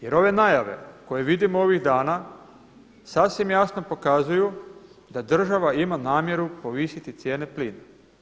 Jer ove najave koje vidimo ovih dana sasvim jasno pokazuju da država ima namjeru povisiti cijene plina.